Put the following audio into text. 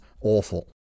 awful